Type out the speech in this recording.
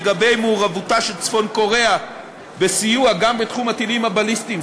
מעורבותה של צפון-קוריאה בסיוע גם בתחום הטילים הבליסטיים,